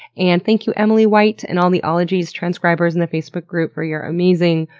and thank you emily white and all the ologies transcribers in the facebook group for your amazing,